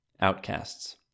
outcasts